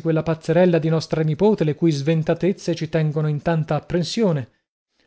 quella pazzarella di nostra nipote le cui sventatezze ci tengono in tanta apprensione